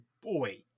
boy